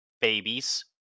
Babies